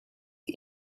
the